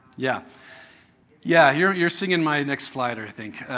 yeah yeah you're you're singing my next slide, i think.